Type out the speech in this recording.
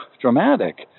dramatic